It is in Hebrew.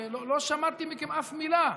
לא שמעתי מכם אף מילה.